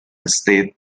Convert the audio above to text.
state